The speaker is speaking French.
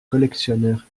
collectionneur